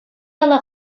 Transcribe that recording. яла